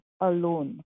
alone